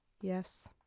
Yes